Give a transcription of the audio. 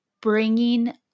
bringing